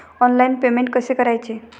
Online payment कसे करायचे?